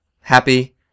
happy